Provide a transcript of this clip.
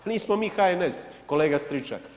Nismo mi HNS kolega Stričak.